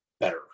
better